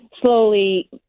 slowly